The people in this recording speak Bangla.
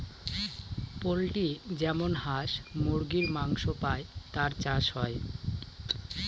পোল্ট্রি যেমন হাঁস মুরগীর মাংস পাই তার চাষ হয়